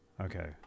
Okay